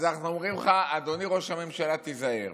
אז אנחנו אומרים לך, אדוני ראש הממשלה, תיזהר.